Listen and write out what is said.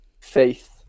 Faith